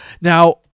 Now